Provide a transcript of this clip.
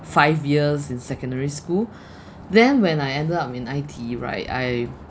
five years in secondary school then when I ended up in I_T_E right I